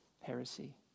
heresy